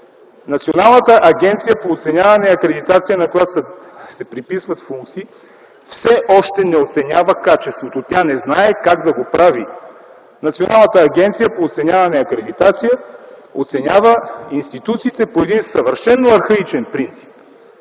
Националната агенция по оценяване и акредитация, на която се приписват функции, все още не оценява качеството. Тя не знае как да го прави. Националната агенция по оценяване и акредитация оценява институциите по един съвършено архаичен принцип.